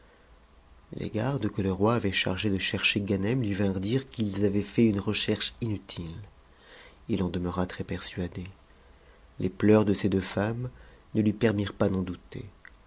les gardes que le roi avait chargés de chercher ganem lui vinrent dire qu'ils avaient fait une recherche inutile h en demeura très persuadë les pleurs de ces deux femmes ne lui permirent pas d'en douter